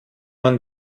man